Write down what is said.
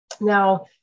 now